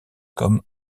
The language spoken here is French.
comme